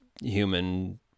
human